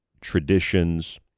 traditions